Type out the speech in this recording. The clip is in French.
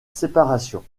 séparation